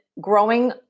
growing